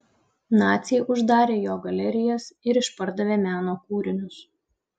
naciai uždarė jo galerijas ir išpardavė meno kūrinius